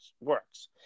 works